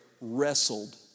wrestled